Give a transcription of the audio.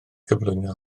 gyflwyno